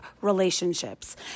relationships